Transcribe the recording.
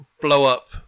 blow-up